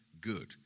good